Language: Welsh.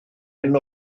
hyn